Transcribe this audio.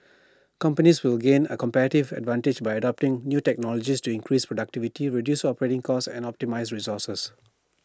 companies will gain A competitive advantage by adopting new technologies to increase productivity reduce operating costs and optimise resources